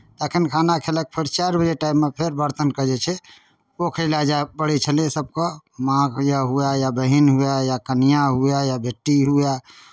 तखन खाना खयलक फेर चारि बजे टाइममे फेर बरतनके जे छै पोखरि लए जाए पड़ै छलै सभके माँ हुए या बहीन हुए या कनिआँ हुए या बेटी हुए